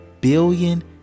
Billion